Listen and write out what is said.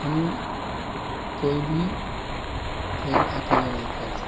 ہم کوئی بھی کھیل اکیلے نہیں کھیل سکتے